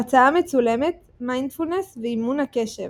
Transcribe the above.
הרצאה מצולמת "מיינדפולנס ואימון הקשב",